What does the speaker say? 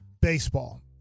Baseball